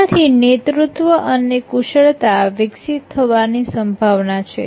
આનાથી નેતૃત્વ અને કુશળતા વિકસિત થવાની સંભાવના છે